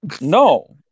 No